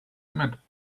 met